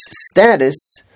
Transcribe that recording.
status